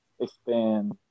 expand